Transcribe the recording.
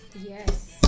yes